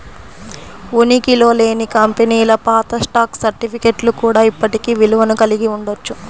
ఉనికిలో లేని కంపెనీల పాత స్టాక్ సర్టిఫికేట్లు కూడా ఇప్పటికీ విలువను కలిగి ఉండవచ్చు